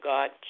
God